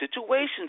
situations